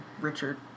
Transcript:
richard